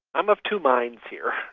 i'm of two minds here,